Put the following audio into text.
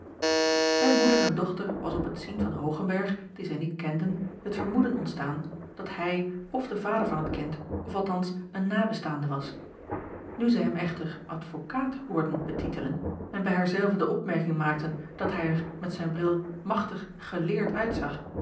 bij moeder en dochter was op het zien van hoogenberg dien zij niet kenden het vermoeden ontstaan dat hij of de vader van t kind of althans een nabestaande was nu zij hem echter advokaat hoorden betitelen en bij haar zelve de opmerking maakten dat hij er met zijn bril machtig geleerd uitzag